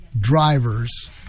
drivers